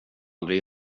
aldrig